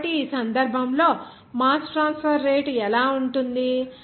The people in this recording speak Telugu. కాబట్టి ఈ సందర్భంలో మాస్ ట్రాన్స్ఫర్ రేటు ఎలా ఉంటుంది